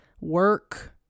work